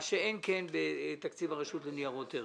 מה שאין כן בתקציב הרשות לניירות ערך.